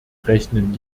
rechnen